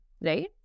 right